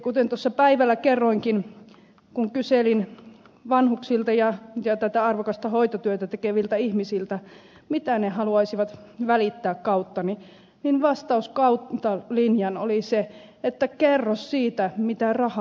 kuten tuossa päivällä kerroinkin kun kyselin vanhuksilta ja tätä arvokasta hoitotyötä tekeviltä ihmisiltä mitä he haluaisivat välittää kauttani niin vastaus kautta linjan oli se että kerro siitä mitä raha ei korvaa